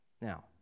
Now